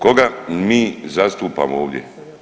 Koga mi zastupamo ovdje?